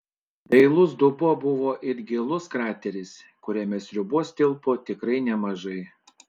dailus dubuo buvo it gilus krateris kuriame sriubos tilpo tikrai nemažai